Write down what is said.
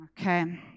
Okay